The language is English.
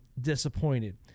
disappointed